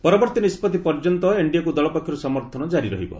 ପରବର୍ତ୍ତୀ ନିଷ୍କଭି ପର୍ଯ୍ୟନ୍ତ ଏନ୍ଡିଏକୁ ଦଳ ପକ୍ଷରୁ ସମର୍ଥନ ଜାରି ରହିବ